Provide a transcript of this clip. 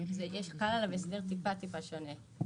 חל עליו הסדר טיפה שונה.